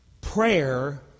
Prayer